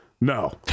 no